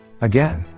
again